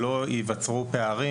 שלא ייווצרו פערים,